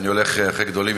הולך אחרי גדולים,